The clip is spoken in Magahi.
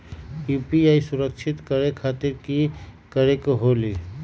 यू.पी.आई सुरक्षित करे खातिर कि करे के होलि?